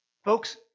Folks